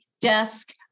desk